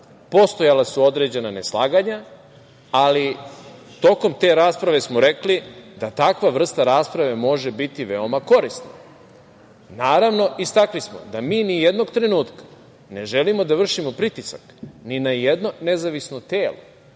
postojala su određena neslaganja, ali tokom te rasprave smo rekli da takva vrsta rasprave može biti veoma korisna. Naravno, istakli smo da mi nijednog trenutka ne želimo da vršimo pritisak ni na jedno nezavisno telo.